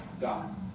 God